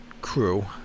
crew